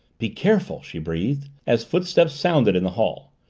be careful! she breathed, as footsteps sounded in the hall.